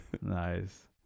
Nice